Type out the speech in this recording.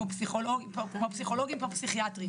כמו פסיכולוגים וכמו פסיכיאטרים.